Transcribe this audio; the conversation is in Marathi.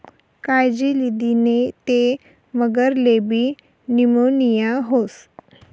कायजी लिदी नै ते मगरलेबी नीमोनीया व्हस